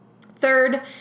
Third